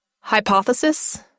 Hypothesis